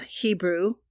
Hebrew